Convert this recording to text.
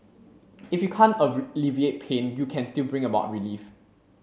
if you can't alleviate pain you can still bring about relief